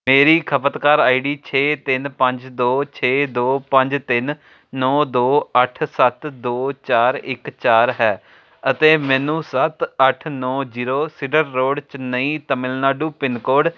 ਮੇਰੀ ਖਪਤਕਾਰ ਆਈਡੀ ਛੇ ਤਿੰਨ ਪੰਜ ਦੋ ਛੇ ਦੋ ਪੰਜ ਤਿੰਨ ਨੌਂ ਦੋ ਅੱਠ ਸੱਤ ਦੋ ਚਾਰ ਇੱਕ ਚਾਰ ਹੈ ਅਤੇ ਮੈਨੂੰ ਸੱਤ ਅੱਠ ਨੌਂ zero cedar road Chennai Tamil Nadu pin code